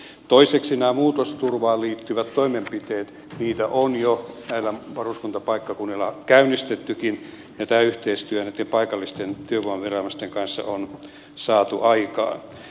toiseksi näitä muutosturvaan liittyviä toimenpiteitä on jo näillä varuskuntapaikkakunnilla käynnistettykin ja tämä yhteistyö näitten paikallisten työvoimaviranomaisten kanssa on saatu aikaan